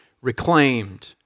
reclaimed